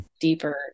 deeper